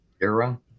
era